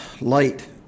Light